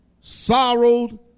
sorrowed